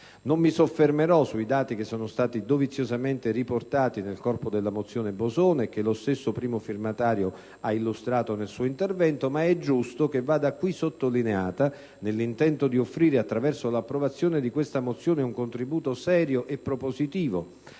Non mi soffermerò sui dati che sono doviziosamente riportati nel corpo della mozione Bosone, che lo stesso primo firmatario ha illustrato nel suo intervento, ma è giusto che vada qui sottolineata - nell'intento di offrire attraverso l'approvazione di questa mozione un contributo serio e propositivo